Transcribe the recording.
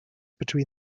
between